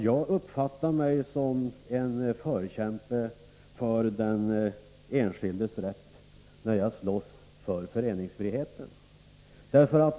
Jag uppfattar mig som en förkämpe för den enskildes rätt när jag slåss för föreningsfriheten.